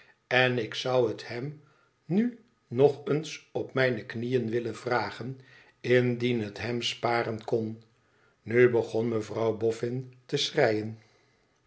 en ik zou het hem nu nog eens op mijne knieën willen vragen indien het hem sparen kon nu begon mevrouw boffin te schreien